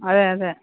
അതെ അതെ